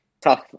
Tough